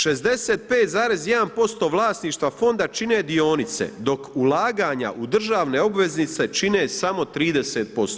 65,1% vlasništva fonda čine dionice dok ulaganja u državne obveznice čine samo 30%